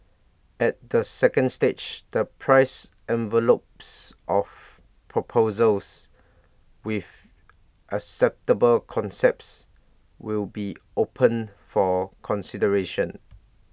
at the second stage the price envelopes of proposals with acceptable concepts will be opened for consideration